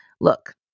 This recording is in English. Look